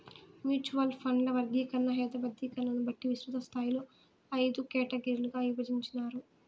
mutual ఫండ్ల వర్గీకరణ, హేతబద్ధీకరణని బట్టి విస్తృతస్థాయిలో అయిదు కేటగిరీలుగా ఇభజించినారు